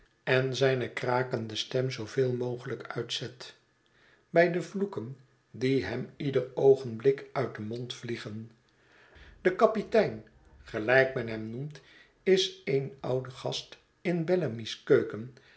en zijne krakende stem zooveel mogelijk uitzet bij de vloeken die hem ieder oogenblik uit den mond vliegen de kapitein gelijk men hem noemt is een oude gast in bellamy's keuken